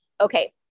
Okay